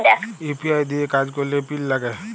UPI দিঁয়ে কাজ ক্যরলে পিল লাগে